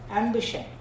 ambition